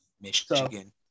Michigan